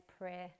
prayer